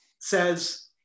says